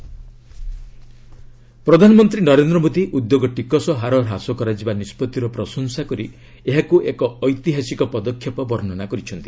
PM corporate tax ପ୍ରଧାନମନ୍ତ୍ରୀ ନରେନ୍ଦ୍ର ମୋଦୀ ଉଦ୍ୟୋଗ ଟିକସ ହାର ହ୍ରାସ କରାଯିବା ନିଷ୍ପଭିର ପ୍ରଶଂସା କରି ଏହାକୁ ଏକ ଐତିହାସିକ ପଦକ୍ଷେପ ବର୍ଷ୍ଣନା କରିଛନ୍ତି